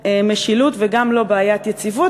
משילות וגם לא בעיית יציבות.